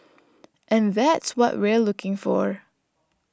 and that's what we're looking for